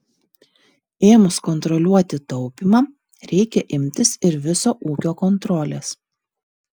ėmus kontroliuoti taupymą reikia imtis ir viso ūkio kontrolės